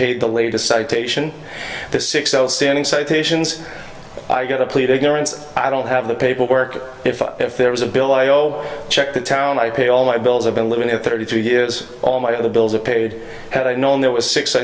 paid the latest citation the six outstanding citations i got a plead ignorance i don't have the paperwork if i if there was a bill i owe check the town i pay all my bills i've been living in thirty two years all my other bills are paid had i known there was six